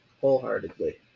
Wholeheartedly